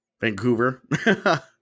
Vancouver